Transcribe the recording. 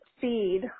feed